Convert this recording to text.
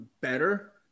better